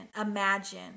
Imagine